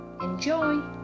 enjoy